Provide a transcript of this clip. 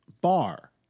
bar